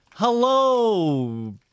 Hello